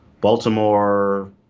baltimore